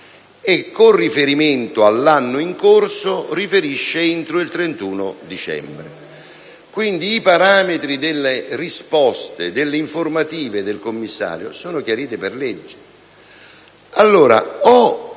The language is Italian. e, con riferimento all'anno in corso, riferisce entro il 31 dicembre. Quindi, i parametri delle risposte e delle informative del Commissario sono chiariti per legge.